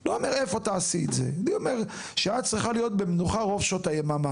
הוא אומר שאת צריכה להיות במנוחה רוב שעות היממה,